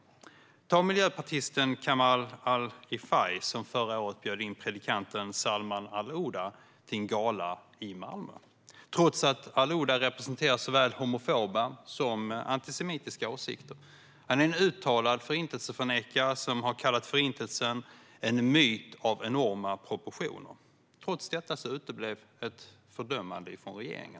Jag kan som exempel ta miljöpartisten Kamal al-Rifai, som förra året bjöd in predikanten Salman al-Ouda till en gala i Malmö, trots att al-Ouda representerar såväl homofoba som antisemitiska åsikter. Han är en uttalad Förintelseförnekare som har kallat Förintelsen en myt av enorma proportioner. Trots detta uteblev ett fördömande från regeringen.